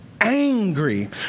angry